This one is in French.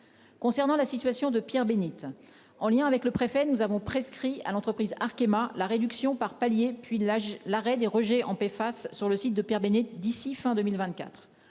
Concernant la situation de Pierre-Bénite en lien avec le préfet nous avons prescrit à l'entreprise Arkema la réduction par paliers, puis l'âge l'arrêt des rejets en paix face sur le site de Pierre-Bénite d'ici fin 2024.